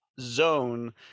zone